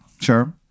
Sure